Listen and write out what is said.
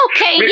Okay